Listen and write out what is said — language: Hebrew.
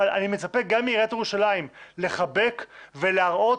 אבל אני מצפה גם מעיריית ירושלים לחבק ולהראות